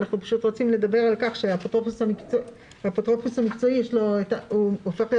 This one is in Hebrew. אנחנו רוצים לדבר על כך שהאפוטרופוס המקצועי הופך להיות